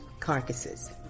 carcasses